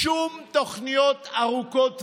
שום תוכניות ארוכות טווח,